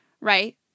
Right